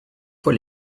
foy